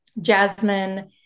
jasmine